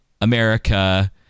America